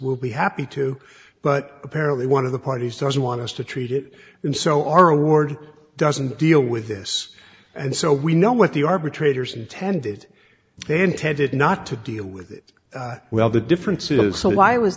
will be happy to but apparently one of the parties doesn't want us to treat it and so our award doesn't deal with this and so we know what the arbitrators intended they intended not to deal with it well the difference is so why was